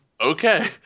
Okay